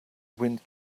wind